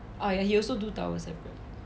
he also do towels separate